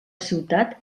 ciutat